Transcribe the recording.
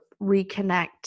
reconnect